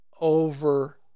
over